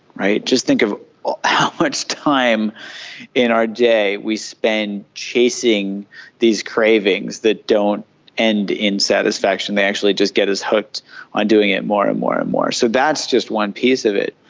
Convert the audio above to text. just think of how much time in our day we spend chasing these cravings that don't end in satisfaction, they actually just get us hooked on doing it more and more and more. so that's just one piece of it.